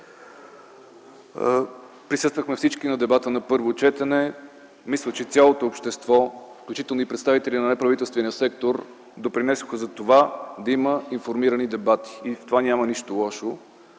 присъствахме на дебата на първо четене. Мисля, че цялото общество, включително и представители на неправителствения сектор допринесоха за това да има информирани дебати и в това няма нищо лошо.